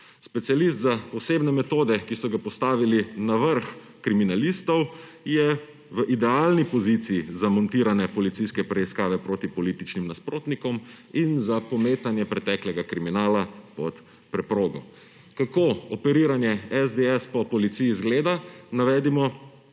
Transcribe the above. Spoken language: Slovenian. Specialist za posebne metode, ki so ga postavili na vrh kriminalistov, je v idealni poziciji za montiranje policijske preiskave proti političnim nasprotnikom in za pometanje preteklega kriminala pod preprogo. Kako operiranje SDS po policiji zgleda, navedimo